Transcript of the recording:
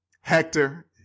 hector